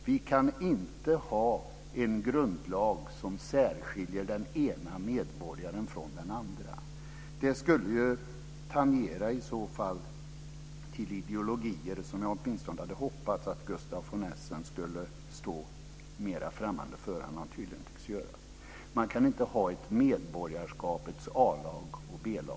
Vi kan inte ha en grundlag som särskiljer den ena medborgaren från den andra. Det skulle i så fall tangera ideologier som jag åtminstone hade hoppats att Gustaf von Essen skulle stå mer främmande för än han tydligen tycks göra. Man kan inte ha ett medborgarskapets A-lag och B-lag.